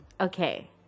Okay